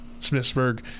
smithsburg